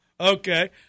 okay